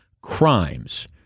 crimes